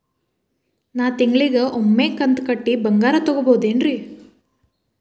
ನಾ ತಿಂಗಳಿಗ ಒಮ್ಮೆ ಕಂತ ಕಟ್ಟಿ ಬಂಗಾರ ತಗೋಬಹುದೇನ್ರಿ?